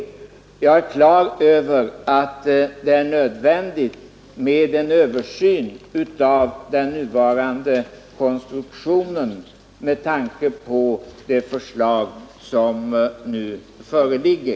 Jag är klar över att det är nödvändigt med en översyn av den nuvarande konstruktionen med tanke på det förslag som nu föreligger.